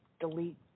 delete